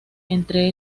entre